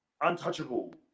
untouchable